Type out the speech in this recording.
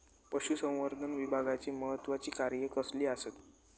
पशुसंवर्धन विभागाची महत्त्वाची कार्या कसली आसत?